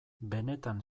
benetan